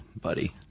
buddy